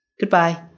Goodbye